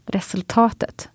Resultatet